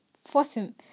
forcing